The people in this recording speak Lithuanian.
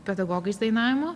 pedagogais dainavimo